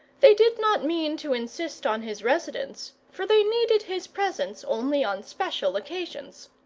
they did not mean to insist on his residence for they needed his presence only on special occasions.